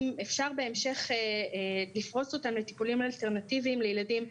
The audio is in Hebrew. אם אפשר בהמשך לפרוס אותם לטיפולים אלטרנטיביים לילדים,